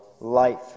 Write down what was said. life